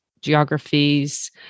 geographies